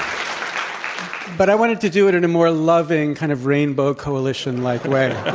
um but i wanted to do it in a more loving, kind of rainbow coalition-like way.